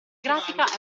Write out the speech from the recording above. grafica